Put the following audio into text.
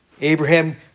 Abraham